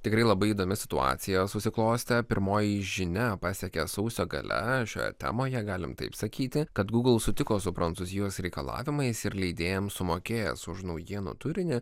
tikrai labai įdomi situacija susiklostė pirmoji žinia pasiekė sausio gale šioje temoje galim taip sakyti kad gūgl sutiko su prancūzijos reikalavimais ir leidėjams sumokėjęs už naujienų turinį